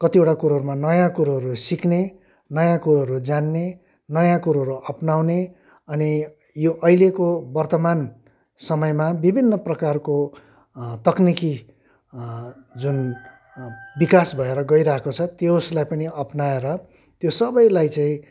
कतिवटा कुरोहरूमा नयाँ कुरोहरू सिक्ने नयाँ कुरोहरू जान्ने नयाँ कुरोहरू अपनाउने अनि यो अहिलेको वर्तमान समयमा विभिन्न प्रकारको तक्निकी जुन विकास भएर गइरहेको छ त्यसलाई पनि अपनाएर त्यो सबैलाई चाहिँ